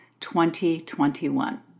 2021